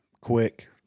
quick